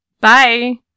Bye